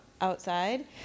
outside